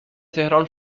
تهران